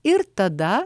ir tada